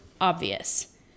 obvious